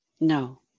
No